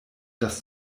das